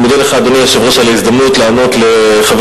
חבר